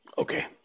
Okay